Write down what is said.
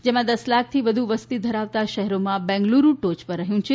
જેમાં દસ લાખથી વધુ વસતીવાળા શહેરોમાં બેંગલુરૂ ટોચ પર રહ્યું છે